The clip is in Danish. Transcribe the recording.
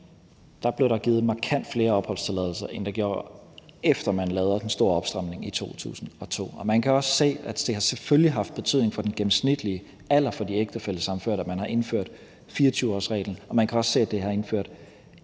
blev der givet markant flere opholdstilladelser, end der gjorde, efter at man lavede den store opstramning i 2002. Man kan også se, at det selvfølgelig har haft betydning for den gennemsnitlige alder for de ægtefællesammenførte, at man har indført 24-årsreglen. Og man kan se, at det har ført